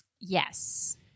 Yes